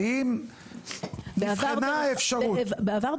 האם נבחנה האפשרות --- בעבר,